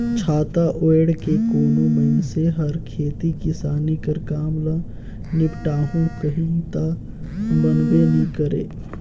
छाता ओएढ़ के कोनो मइनसे हर खेती किसानी कर काम ल निपटाहू कही ता बनबे नी करे